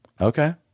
Okay